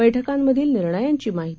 बैठकांमधीलनिर्णयांचीमाहिती